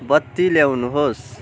बत्ती ल्याउनुहोस्